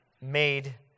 made